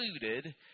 included